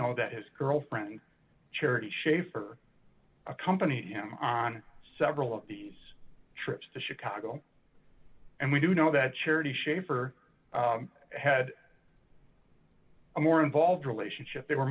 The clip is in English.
know that his girlfriend charity schaefer accompanied him on several of these trips to chicago and we do know that charity shaffer had a more involved relationship they were